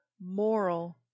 moral